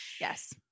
Yes